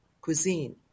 cuisine